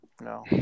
No